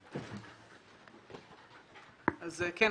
כן,